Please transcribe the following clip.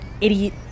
idiot